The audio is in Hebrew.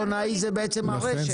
הסיטונאי זה בעצם הרשת.